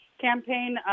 campaign